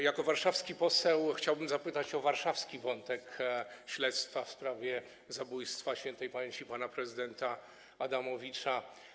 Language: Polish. Jako warszawski poseł chciałbym zapytać o warszawski wątek śledztwa w sprawie zabójstwa śp. pana prezydenta Adamowicza.